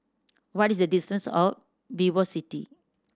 what is the distance of VivoCity